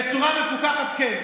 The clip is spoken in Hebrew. בצורה מפוקחת, כן.